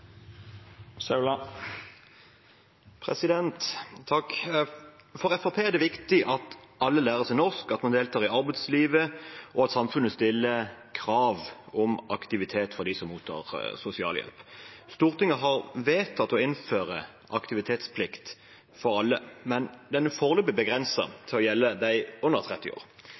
For Fremskrittspartiet er det viktig at alle lærer seg norsk, at man deltar i arbeidslivet, og at samfunnet stiller krav om aktivitet for dem som mottar sosialhjelp. Stortinget har vedtatt å innføre aktivitetsplikt for alle, men den er foreløpig begrenset til å gjelde dem under 30 år.